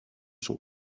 son